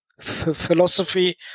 philosophy